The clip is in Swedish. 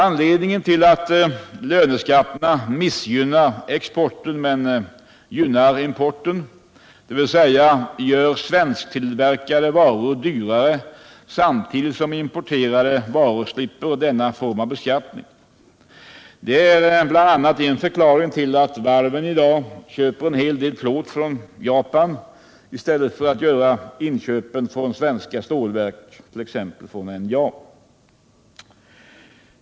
Anledningen är att löneskatterna missgynnar exporten men gynnar importen, dvs. gör svensktillverkade varor dyrare samtidigt som importerade varor slipper denna form av beskattning. Det är bl.a. en förklaring till att varven i dag köper en hel del plåt från Japan i stället för att göra inköpen från svenska stålverk, t.ex. från NJA.